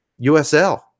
USL